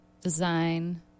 design